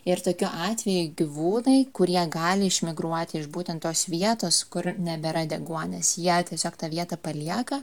ir tokiu atveju gyvūnai kurie gali išmigruoti iš būtent tos vietos kur nebėra deguonies jie tiesiog tą vietą palieka